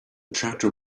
tractor